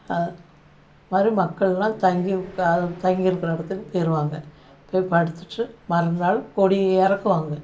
மாதிரி மக்கள்லாம் தங்கி கா தங்கி இருக்கிற இடத்துக்கு போயிடுவாங்க போய் படுத்துட்டு மறுநாள் கொடி இறக்குவாங்க